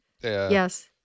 Yes